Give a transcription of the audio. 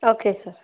okay sir